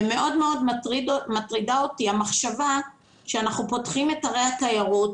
מאוד מאוד מטרידה אותי המחשבה שאנחנו פותחים את ערי התיירות,